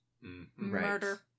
murder